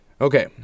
Okay